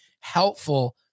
helpful